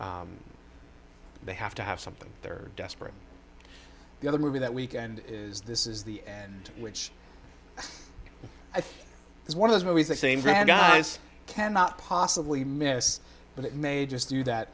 they have to have something there are desperate the other movie that weekend is this is the end which i think is one of those movies that same bad guys cannot possibly miss but it may just do that